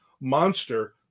monster